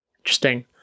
Interesting